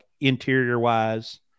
interior-wise